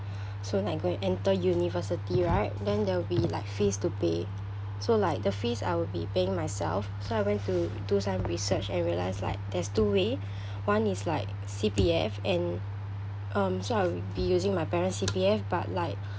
soon I going enter university right then there'll be like fees to pay so like the fees I will be paying myself so I went to do some research and realised like there's two way one is like C_P_F and um so I'll be using my parent's C_P_F but like